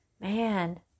man